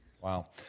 Wow